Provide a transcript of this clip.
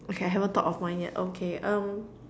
okay I haven't thought of mine yet okay um